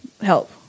help